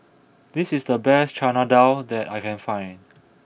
this is the best Chana Dal that I can find